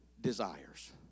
desires